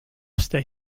stay